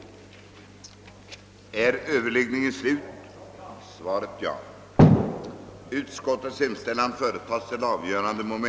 de principer som framförts i motionerna.